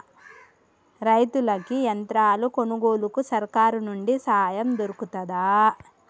రైతులకి యంత్రాలు కొనుగోలుకు సర్కారు నుండి సాయం దొరుకుతదా?